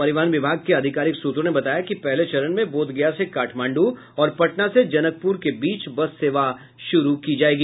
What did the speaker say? परिवहन विभाग के अधिकारिक सूत्रों ने बताया कि पहले चरण में बोधगया से काठमांडू और पटना से जनकप्र के बीच बस सेवा शुरू की जायेगी